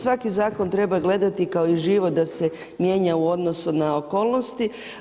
Svaki zakon treba gledati kao i život da se mijenja u odnosu na okolnosti.